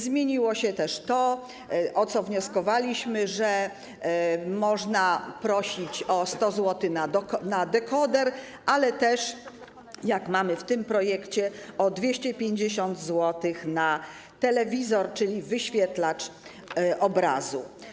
Zmieniło się też to, o co wnioskowaliśmy - można prosić o 100 zł na dekoder, ale też, tak jak mamy w tym projekcie, o 250 zł na telewizor, czyli wyświetlacz obrazu.